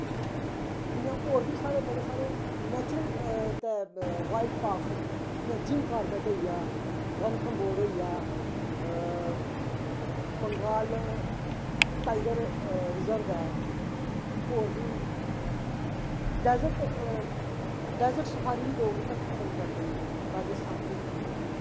इ'यां होर बी साढ़े बड़े सारे नैचुरल ते वाईल्ड पार्कस न जियां जिम्म कार्बैट होई गेआ रंथमभोर होई गेआ बंगाल टाईगर रिज़र्व ऐ होर बी डैज़र्ट डैज़र्ट सफारी बी लोग इत्थें पसंद करदे न राजस्थान च